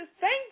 thank